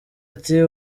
ati